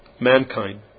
mankind